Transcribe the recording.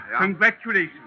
congratulations